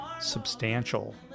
substantial